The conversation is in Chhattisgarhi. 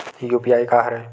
यू.पी.आई का हरय?